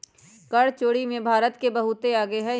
कर चोरी में भारत बहुत आगे हई